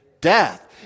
death